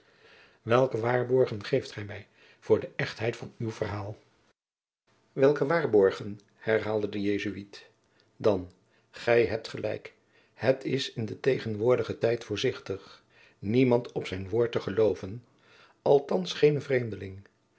welke waarborgen geeft gij mij voor de echtheid van uw verhaal welke waarborgen herhaalde de jesuit dan gij hebt gelijk het is in den tegenwoordigen tijd voorzichtig niemand op zijn woord te geloven althands geenen vreemdeling